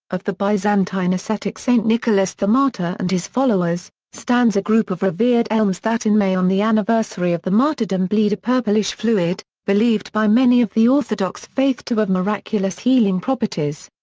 of the byzantine ascetic st nicholas the martyr and his followers, stands a group of revered elms that in may on the anniversary of the martyrdom bleed a purplish fluid, believed by many of the orthodox faith to have miraculous healing properties.